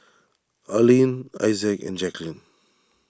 Allene Issac and Jacklyn